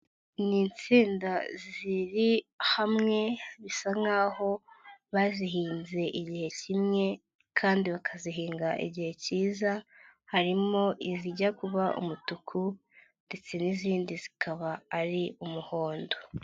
Ni insenda ziri hamwe bisa nk'aho bazihinze igihe kimwe kandi bakazihinga igihe cyiza, harimo izijya kuba umutuku ndetse n'izindi zikaba ari umuhondo.